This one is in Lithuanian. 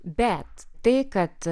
bet tai kad